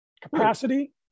Capacity